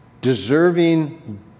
deserving